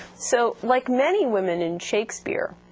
so like many women in shakespeare,